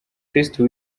kristo